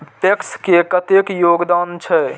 PACS के कतेक योगदान छै?